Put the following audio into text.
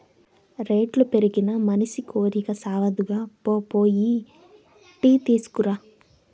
రేట్లు పెరిగినా మనసి కోరికి సావదుగా, పో పోయి టీ కొనుక్కు రా